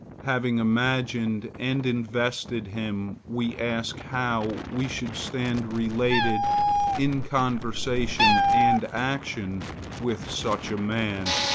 having imagined and invested him, we ask how we should stand related in conversation and action with such a man,